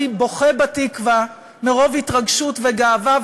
בוכה ב"התקווה" מרוב התרגשות וגאווה,